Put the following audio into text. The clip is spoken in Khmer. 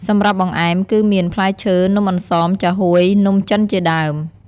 សម្រាប់បង្អែមគឺមាន ផ្លែឈើ នំអន្សូម ចាហ៊ួយ នំចិនជាដើម។